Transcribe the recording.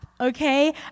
okay